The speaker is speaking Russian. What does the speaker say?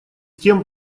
тем